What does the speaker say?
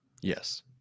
Yes